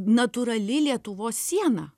natūrali lietuvos siena